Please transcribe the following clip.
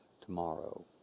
tomorrow